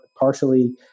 partially